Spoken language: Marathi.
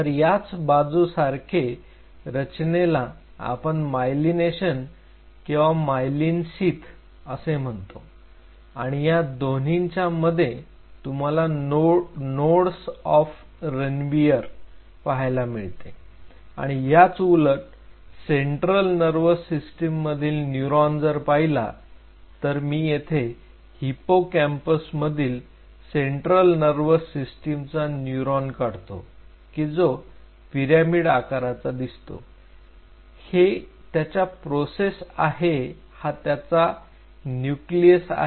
तर याच बाजू सारखे रचनेला आपण मायलिनेशन किंवा मायलिन शीथ असे म्हणतो आणि या दोन्हींच्या मध्ये तुम्हाला नोडस ऑफ रणवियर पाहायला मिळते आणि याच उलट सेंट्रल नर्वस सिस्टममधील न्यूरॉन जर पाहिला तर मी येथे हिपोकॅम्पस मधील सेंट्रल नर्वस सिस्टिमचा न्यूरॉन काढतो की जो पिरॅमिड आकाराचा दिसतो हे त्याच्या प्रोसेस आहे हा त्याचा न्यूक्लियस आहे